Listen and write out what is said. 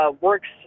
works